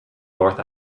north